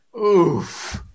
Oof